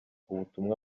ubutumwa